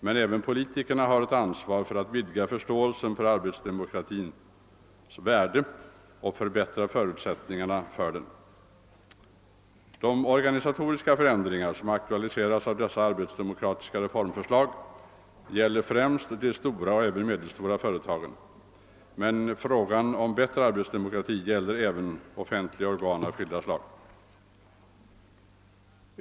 Men även politikerna har ett ansvar för att vidga förståelsen för arbetsdemokratins värld och förbättra förutsättningarna för den. De organisatoriska förändringar som aktualiseras av dessa arbetsdemokratiska reformförslag avser främst de stora och även medelstora företagen, men frågan om bättre arbetsdemokrati gäller även offentliga organ av skilda slag.